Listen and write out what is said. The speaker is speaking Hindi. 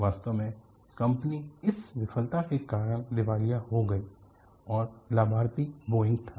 वास्तव में कंपनी इस विफलता के कारण दिवालिया हो गई और लाभार्थी बोइंग था